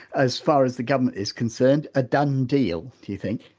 as far as the government is concerned, a done deal, do you think?